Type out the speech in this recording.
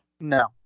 No